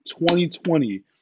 2020